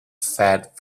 fat